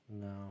No